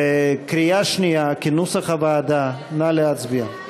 כנוסח הוועדה, קריאה שנייה, נא להצביע.